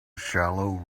shallow